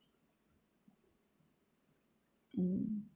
mm